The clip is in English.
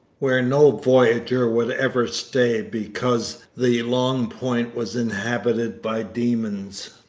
where no voyageur would ever stay because the long point was inhabited by demons.